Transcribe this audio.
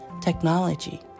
technology